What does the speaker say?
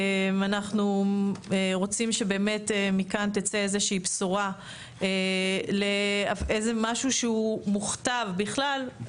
אנחנו רוצים שבאמת תצא מכאן איזושהי בשורה לאיזה משהו שהוא מוכתב בכלל,